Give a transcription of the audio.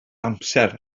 amser